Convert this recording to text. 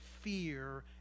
fear